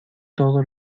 todo